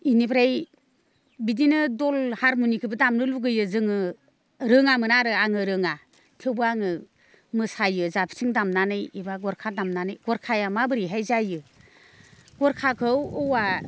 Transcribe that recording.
बेनिफ्राय बिदिनो दल हारम'नियाखौबो दामनो लुबैयो जोङो रोङामोन आरो आङो रोङा थेवबो आङो मोसायो जाबस्रिं दामनानै एबा गरखा दामनानै गरखाया माबोरैहाय जायो गरखाखौ औवा